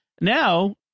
now